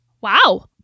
Wow